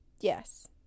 yes